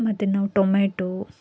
ಮತ್ತು ನಾವು ಟೊಮೇಟೋ